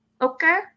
Okay